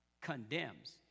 condemns